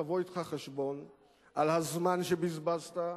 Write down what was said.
תבוא אתך חשבון על הזמן שבזבזת,